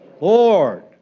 Lord